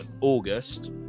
August